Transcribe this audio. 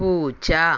പൂച്ച